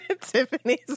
Tiffany's